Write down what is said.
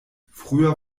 früher